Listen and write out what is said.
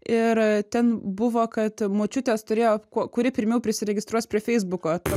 ir ten buvo kad močiutės turėjo kuo kuri pirmiau prisiregistruos prie feisbuko